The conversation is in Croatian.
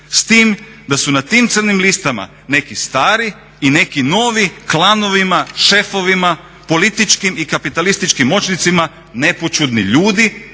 s tim da su na tim crnim listama neki stari i neki novi klanovima, šefovima, političkim i kapitalističkim moćnicima nepoćudni čudi